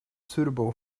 suitable